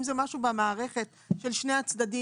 אם זה משהו במערכת של שני הצדדים,